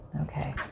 Okay